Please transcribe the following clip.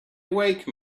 wake